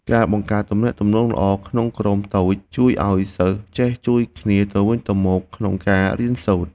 ការបង្កើតទំនាក់ទំនងល្អក្នុងក្រុមតូចជួយឱ្យសិស្សចេះជួយគ្នាទៅវិញទៅមកក្នុងការរៀនសូត្រ។